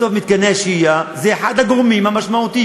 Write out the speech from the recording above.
בסוף, מתקני השהייה הם אחד הגורמים המשמעותיים.